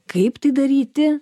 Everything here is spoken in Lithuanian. kaip tai daryti